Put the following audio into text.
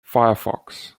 firefox